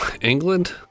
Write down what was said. England